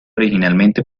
originalmente